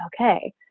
okay